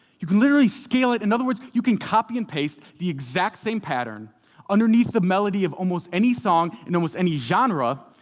you can literally scale it. in other words, you can copy and paste the exact same pattern underneath the melody of almost any song in almost any genre,